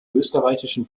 österreichischen